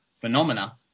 phenomena